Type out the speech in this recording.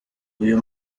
uyu